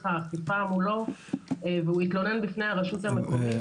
האכיפה מולו והוא התלונן בפני הרשות המקומית?